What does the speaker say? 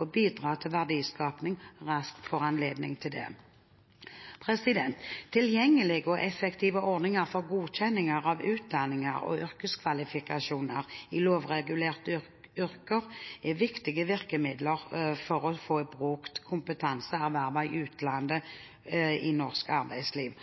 og bidra til verdiskaping, raskt får anledning til det. Tilgjengelige og effektive ordninger for godkjenning av utdanninger og yrkeskvalifikasjoner i lovregulerte yrker er viktige virkemidler for å få brukt kompetanse ervervet i utlandet i norsk arbeidsliv.